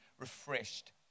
refreshed